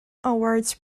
awards